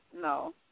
No